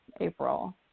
April